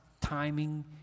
timing